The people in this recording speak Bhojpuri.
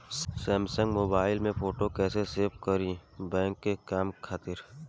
सैमसंग मोबाइल में फोटो कैसे सेभ करीं बैंक के काम खातिर?